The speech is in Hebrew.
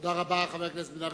תודה רבה, חבר הכנסת בן-ארי.